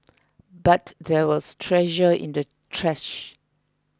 but there was treasure in the trash